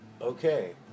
Okay